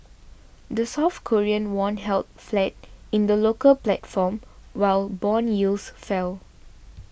the South Korean won held flat in the local platform while bond yields fell